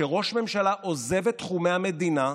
שראש ממשלה עוזב את תחומי המדינה,